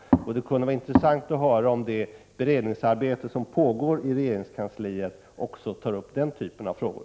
Det kunde vara intressant att höra om det beredningsarbete som pågår i regeringskansliet tar upp också den typen av frågor.